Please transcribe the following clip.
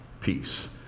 peace